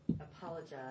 apologize